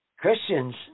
Christians